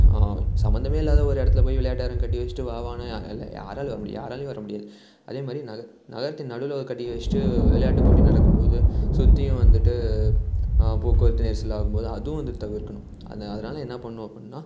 சம்பந்தமே இல்லாத ஒரு இடத்துல போய் விளையாட்டு அரங்கை கட்டி வச்சுட்டு வா வான்னால் யார் இல்லை யாரால் வரமுடியும் யாராலேயும் வரமுடியாது அதேமாதிரி நகர் நகரத்தின் நடுவில் கட்டி வச்சுட்டு விளையாட்டு போட்டி நடக்கும்போது சுற்றியும் வந்துட்டு போக்குவரத்து நெரிசல் ஆகும்போது அதுவும் வந்து தவிர்க்கணும் அதை அதனால என்ன பண்ணணும் அப்புடின்னா